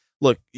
look